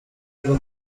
bwo